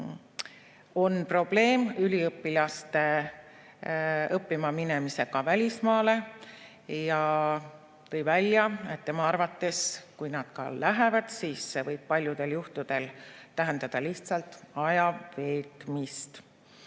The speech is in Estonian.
on probleem üliõpilaste õppima minemisega välismaale, ja tõi välja, et tema arvates, kui nad ka lähevad, võib see paljudel juhtudel tähendada lihtsalt ajaveetmist.